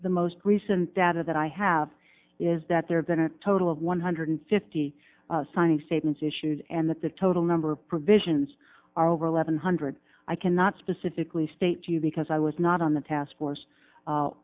the most recent data that i have is that there have been a total of one hundred fifty signing statements issued and that the total number provisions are over eleven hundred i cannot specifically state to you because i was not on the task force